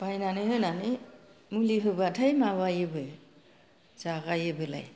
बायनानै होनानै मुलि होबाथाय माबायोबो जागायोबोलाय